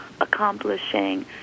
accomplishing